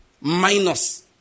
minus